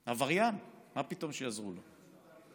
עבריין, מה פתאום שיעזרו לו.